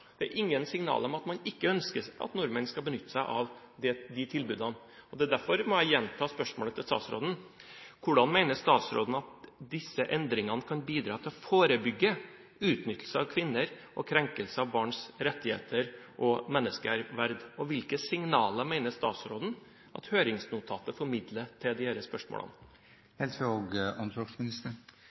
Det er ingen signaler om at man ikke ønsker at nordmenn skal benytte seg av de tilbudene. Derfor må jeg må gjenta spørsmålet til statsråden: Hvordan mener statsråden at disse endringene kan bidra til å forebygge utnyttelse av kvinner og krenkelser av barns rettigheter og menneskeverd? Hvilke signaler mener statsråden at høringsnotatet formidler rundt disse spørsmålene? Jeg har lyst til